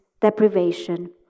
deprivation